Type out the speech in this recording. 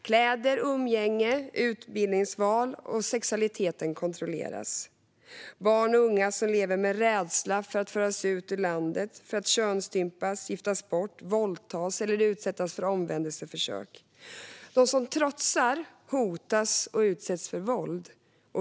Kläder, umgänge, utbildningsval och sexualitet kontrolleras. Barn och unga lever med rädsla för att föras ut ur landet för att könsstympas, giftas bort, våldtas eller utsättas för omvändelseförsök. De som trotsar hotas och utsätts för våld.